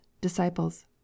Disciples